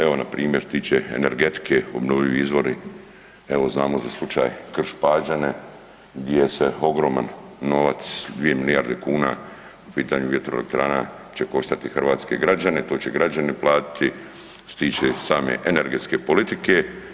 Evo npr. što se tiče energetike, obnovljivi izvori, evo znamo za slučaj Krš-Pađene gdje se ogroman novac 2 milijarde kuna po pitanju vjetroelektrana će koštati hrvatske građane, to će građani platiti što se tiče same energetske politike.